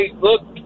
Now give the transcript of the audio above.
look